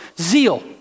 zeal